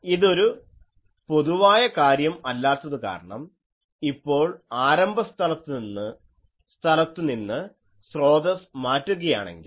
ഇതൊരു പൊതുവായ കാര്യം അല്ലാത്തതു കാരണം ഇപ്പോൾ ആരംഭ സ്ഥലത്തുനിന്ന് സ്രോതസ്സ് മാറ്റുകയാണെങ്കിൽ